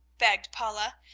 begged paula,